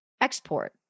export